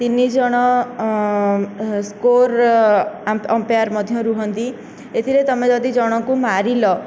ତିନିଜଣ score umpire ମଧ୍ୟ ରୁହନ୍ତି ଏଥିରେ ତମେ ଯଦି ଜଣକୁ ମାରିଲ